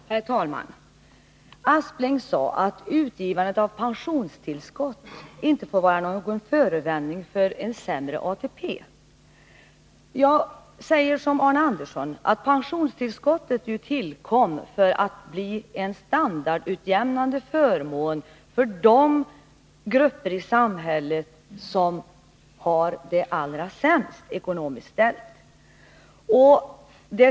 Herr talman! Sven Aspling sade att utgivandet av pensionstillskott inte får vara någon förevändning för en sämre ATP. Jag säger som Arne Andersson i Gustafs att pensionstillskottet tillkom för att bli en standardutjämnande förmån för de grupper i samhället som har det allra sämst ekonomiskt ställt i pensionshänseende.